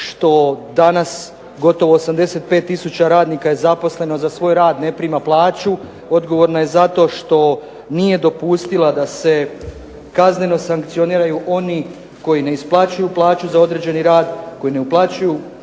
što danas gotovo 85 tisuća radnika je zaposleno, a za svoj rad ne prima plaću. Odgovorna je zato što nije dopustila da se kazneno sankcioniraju oni koji ne isplaćuju plaću za određeni rad, koji ne uplaćuju